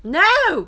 no